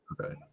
Okay